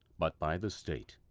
but by the state.